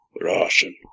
Russian